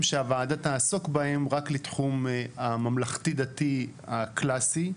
שהוועדה תעסוק בהם רק לתחום הממלכתי דתי הקלאסי,